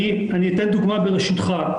אני אתן דוגמה ברשותך.